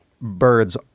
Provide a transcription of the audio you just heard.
birds